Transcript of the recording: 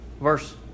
Verse